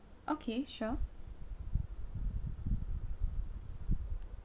okay sure